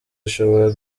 ishobora